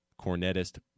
cornetist